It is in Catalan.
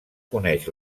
coneix